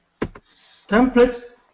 templates